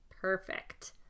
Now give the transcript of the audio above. perfect